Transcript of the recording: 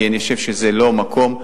כי אני חושב שזה לא המקום.